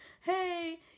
hey